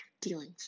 dealings